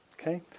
Okay